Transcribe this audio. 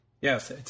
Yes